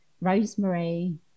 rosemary